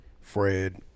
fred